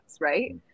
right